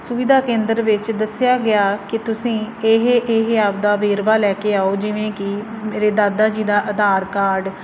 ਸੁਵਿਧਾ ਕੇਂਦਰ ਵਿੱਚ ਦੱਸਿਆ ਗਿਆ ਕਿ ਤੁਸੀਂ ਇਹ ਇਹ ਆਪਦਾ ਵੇਰਵਾ ਲੈ ਕੇ ਆਓ ਜਿਵੇਂ ਕਿ ਮੇਰੇ ਦਾਦਾ ਜੀ ਦਾ ਆਧਾਰ ਕਾਰਡ